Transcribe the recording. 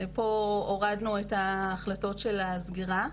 ופה הורדנו את ההחלטות של הסגירה,